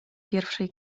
pierwszej